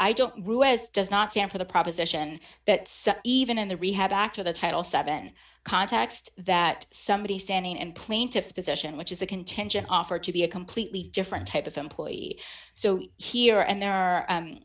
stand for the proposition that even in the rehab act or the title seven context that somebody's standing and plaintiff's position which is a contingent offer to be a completely different type of employee so here and there are